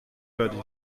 fertig